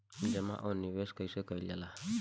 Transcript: जमा और निवेश कइसे कइल जाला?